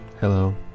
hello